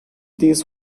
this